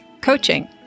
coaching